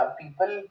people